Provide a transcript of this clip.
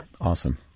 Awesome